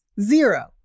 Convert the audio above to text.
Zero